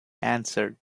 answered